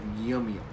yummy